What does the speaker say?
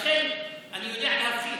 לכן אני יודע להבחין.